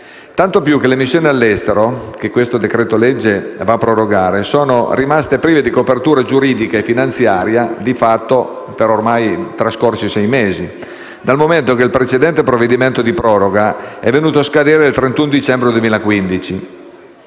Tanto più che le missioni all'estero che questo decreto-legge va a prorogare sono rimaste prive di copertura giuridica e finanziaria, di fatto, per ormai i sei mesi trascorsi, dal momento che il precedente provvedimento di proroga è venuto a scadere il 31 dicembre 2015.